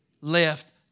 left